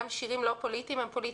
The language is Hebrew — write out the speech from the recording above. גם שירים לא פוליטיים הם פוליטיים,